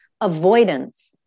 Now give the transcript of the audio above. avoidance